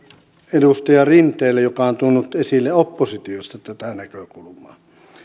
edustaja rinteelle joka on tuonut esille oppositiosta tätä näkökulmaa